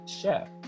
chef